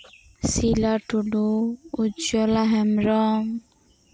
ᱥᱤᱞᱟ ᱴᱩᱰᱩ ᱩᱡᱽᱡᱚᱞᱟ ᱦᱮᱢᱵᱨᱚᱢ